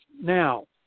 now